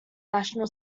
national